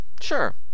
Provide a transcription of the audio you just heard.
Sure